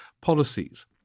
policies